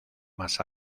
más